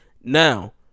Now